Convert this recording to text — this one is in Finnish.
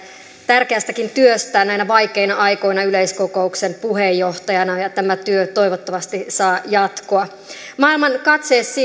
tärkeästäkin työstä näinä vaikeina aikoina yleiskokouksen puheenjohtajana ja tämä työ toivottavasti saa jatkoa maailman katseet